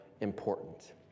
important